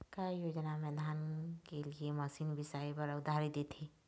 का योजना मे धान के लिए मशीन बिसाए बर उधारी देथे?